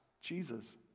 Jesus